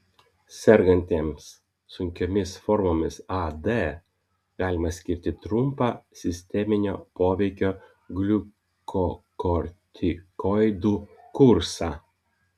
sergantiems sunkiomis formomis ad galima skirti trumpą sisteminio poveikio gliukokortikoidų kursą